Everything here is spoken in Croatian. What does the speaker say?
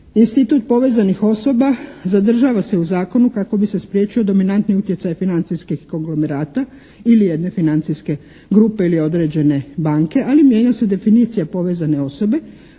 institut povezanih osoba zadržava se u zakonu kako bi se spriječio dominantni utjecaj financijskih konglomerata ili jedne financijske grupe ili određene banke, ali mijenja se definicija povezane osobe